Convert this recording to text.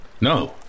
No